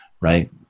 right